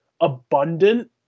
abundant